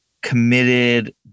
committed